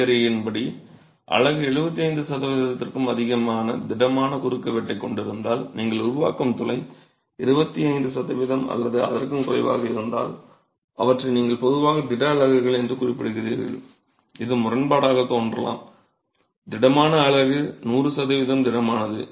வரையறையின்படி அலகு 75 சதவீதத்திற்கும் அதிகமான திடமான குறுக்குவெட்டைக் கொண்டிருந்தால் நீங்கள் உருவாக்கும் துளை 25 சதவிகிதம் அல்லது அதற்கும் குறைவாக இருந்தால் அவற்றை நீங்கள் பொதுவாக திட அலகுகள் என்று குறிப்பிடுகிறீர்கள் இது முரண்பாடாகத் தோன்றலாம் திடமான அலகு நூறு சதவீதம் திடமானது